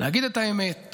להגיד את האמת,